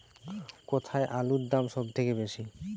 কোথায় আলুর দাম সবথেকে বেশি?